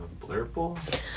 blurple